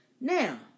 Now